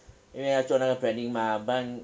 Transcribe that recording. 因为要做那个 planning mah 不然